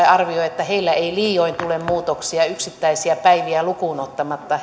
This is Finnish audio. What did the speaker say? arvioi että heillä aukioloaikoihin ei liioin tule muutoksia yksittäisiä päiviä lukuun ottamatta